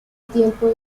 tiempo